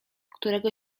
którego